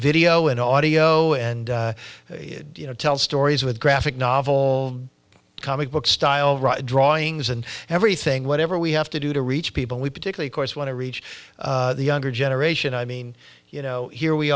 video and audio and you know tell stories with graphic novel comicbook style drawings and everything whatever we have to do to reach people we particularly course want to reach the younger generation i mean you know here we